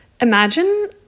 imagine